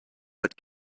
but